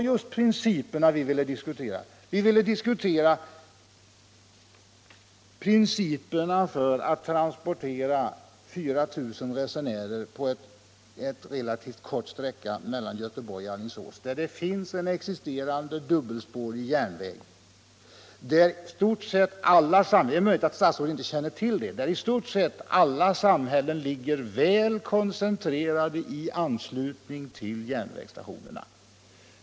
Ja, vi ville just diskutera principerna för att transportera 4 000 resenärer på en relativt kort sträcka mellan Göteborg och Alingsås där det finns en dubbelspårig järnväg. Där ligger i stort sett alla samhällen — det är möjligt att statsrådet inte känner till det — väl koncentrerade i anslutning till järnvägsstationerna.